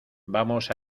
vamos